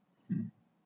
um